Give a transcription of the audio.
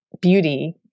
beauty